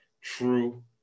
True